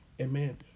Amen